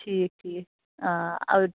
ٹھیٖک ٹھیٖک